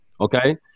okay